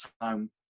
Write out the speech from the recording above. time